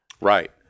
Right